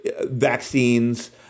vaccines